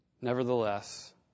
Nevertheless